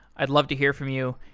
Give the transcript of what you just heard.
i'd love to hear from you.